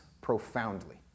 profoundly